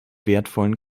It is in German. wertvollen